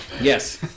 Yes